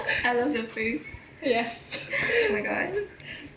yes